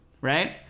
right